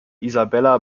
isabella